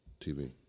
TV